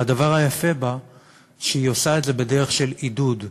והדבר היפה בה הוא שהיא עושה את זה בדרך של עידוד,